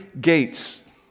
gates